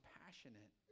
passionate